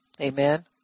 Amen